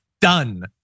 done